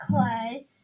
clay